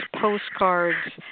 postcards